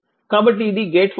కాబట్టి ఇది gate function